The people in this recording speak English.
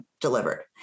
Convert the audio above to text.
delivered